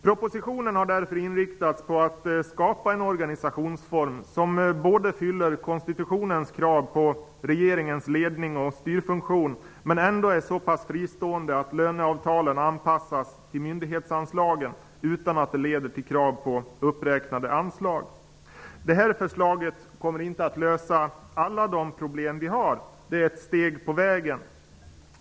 Propositionen har därför inriktats på att skapa en organisationsform som både fyller konstitutionens krav på regeringens lednings och styrfunktion och ändå är så pass fristående att löneavtalen anpassas till myndighetsanslagen utan att det leder till krav på uppräknade anslag. Det här förslaget kommer inte att lösa alla de problem vi har. Det är ett steg på vägen.